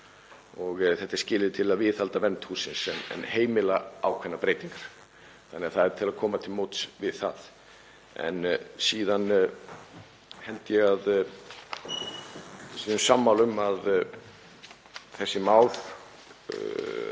Þetta er skilyrði til að viðhalda vernd hússins en heimila ákveðnar breytingar. Þannig að það er til að koma til móts við það. Síðan held ég að séum sammála um að þessi mál